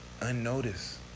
unnoticed